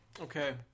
Okay